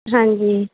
ਹਾਂਜੀ